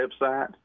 website